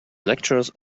lectures